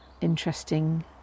interesting